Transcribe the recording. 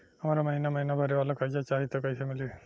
हमरा महिना महीना भरे वाला कर्जा चाही त कईसे मिली?